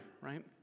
right